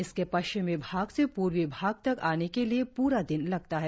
इसके पश्चिमी भाग से पूर्वी भाग तक आने के लिए पूरा दिन लगता है